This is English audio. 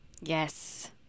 Yes